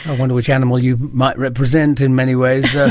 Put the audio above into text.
ah wonder which animal you might represent in many ways. yeah